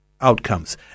outcomes